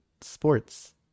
sports